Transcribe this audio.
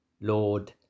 Lord